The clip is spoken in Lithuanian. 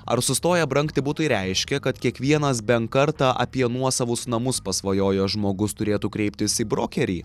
ar sustoję brangti butai reiškia kad kiekvienas bent kartą apie nuosavus namus pasvajojo žmogus turėtų kreiptis į brokerį